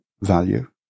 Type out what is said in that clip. value